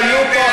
היו פה,